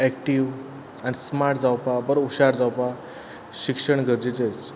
active आनी smart जावपा बरो हुशार जावपा शिक्षण गरजेचेंच